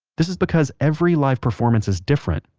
this is because every live performance is different.